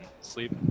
sleep